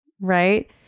right